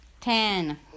ten